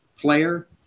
player